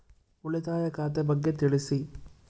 ಉಳಿತಾಯ ಖಾತೆ ಬಗ್ಗೆ ತಿಳಿಸಿ?